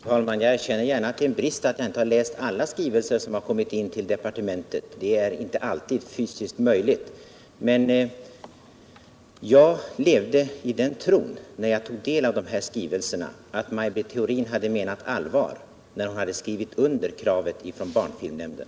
Herr talman! Jag erkänner gärna att det är en brist att jag inte har läst alla skrivelser som har kommit in till departementet — det är inte alltid fysiskt möjligt. Men jag levde i den tron, när jag tog del av dessa skrivelser, att Maj Britt Theorin hade menat allvar när hon skrivit under kravet från barnfilmnämnden.